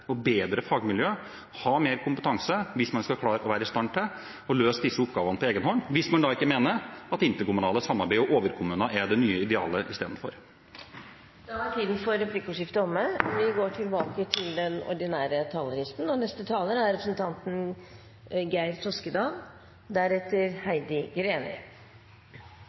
bedre fagmiljøer og ha mer kompetanse hvis de skal være i stand til å løse disse oppgavene på egen hånd – hvis man da ikke mener at interkommunalt samarbeid og overkommuner er det nye idealet istedenfor. Replikkordskiftet er omme. I dag legger vi rammene for Kommune-Norge for 2017, rammer som vi